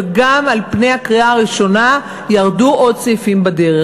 וגם על פני הקריאה הראשונה ירדו עוד סעיפים בדרך,